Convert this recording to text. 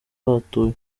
bahatuye